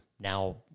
now